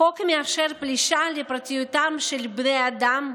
החוק מאפשר פלישה לפרטיותם של בני אדם,